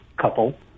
couple